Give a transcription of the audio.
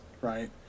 right